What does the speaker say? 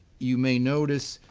you may notice,